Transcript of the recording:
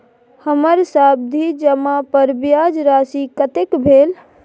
हमर सावधि जमा पर ब्याज राशि कतेक भेल?